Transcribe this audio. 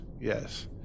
Yes